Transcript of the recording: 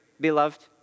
beloved